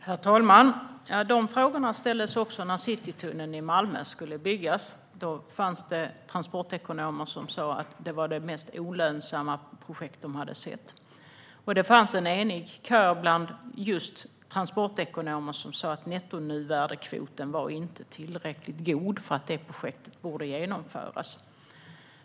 Herr talman! Dessa frågor ställdes också när Citytunneln i Malmö skulle byggas. Då fanns det transportekonomer som sa att det var det mest olönsamma projekt de hade sett. Det fanns en enig kör bland just transportekonomer som sa att nettonuvärdeskvoten inte var tillräckligt god för att detta projekt skulle genomföras.